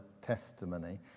testimony